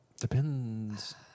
Depends